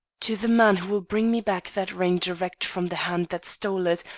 to the man who will bring me back that ring direct from the hand that stole it,